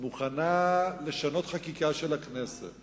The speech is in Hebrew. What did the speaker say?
מוכנה לשנות חקיקה של הכנסת